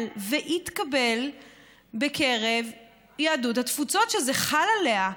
ויתקבל בקרב יהדות התפוצות שזה חל עליה.